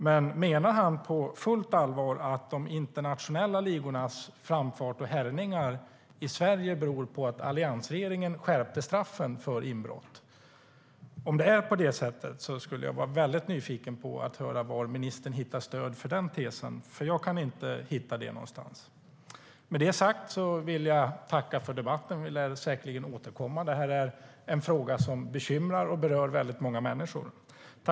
Men menar han på fullt allvar att de internationella ligornas framfart och härjningar i Sverige beror på att alliansregeringen skärpte straffen för inbrott? Om det är på det sättet är jag nyfiken på att höra var ministern hittar stöd för den tesen. Jag kan inte hitta det någonstans.